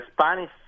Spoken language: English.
Spanish